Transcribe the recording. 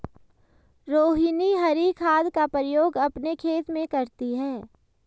रोहिनी हरी खाद का प्रयोग अपने खेत में करती है